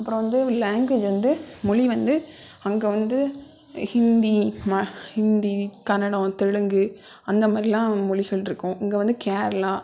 அப்புறம் வந்து லாங்குவேஜ் வந்து மொழி வந்து அங்கே வந்து ஹிந்தி ம ஹிந்தி கன்னடம் தெலுங்கு அந்த மாதிரிலாம் மொழிகள் இருக்கும் இங்கே வந்து கேரளா